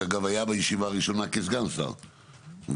שאגב היה בישיבה הראשונה כסגן שר,